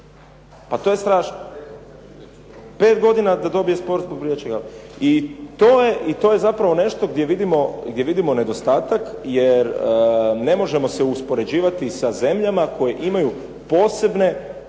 Pa to je strašno! Pet godina da dobije spor zbog brijaćeg aparata. I to je zapravo nešto gdje vidimo nedostatak, jer ne možemo se uspoređivati sa zemljama koje imaju posebne